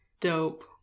Dope